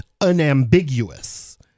unambiguous